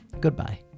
Goodbye